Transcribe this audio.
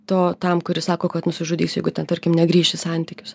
to tam kuris sako kad nusižudys jeigu ten tarkim negrįš į santykius